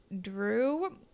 Drew